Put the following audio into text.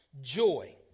joy